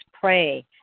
pray